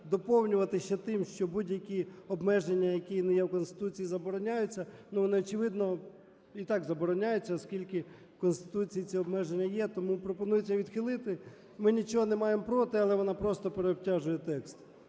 доповнювати ще тим, що будь-які обмеження, які не є в Конституції, забороняються. Ну, вони, очевидно, і так забороняються, оскільки в Конституції це обмеження є, тому пропонується відхилити. Ми нічого не маємо проти, але вона просто переобтяжує текст.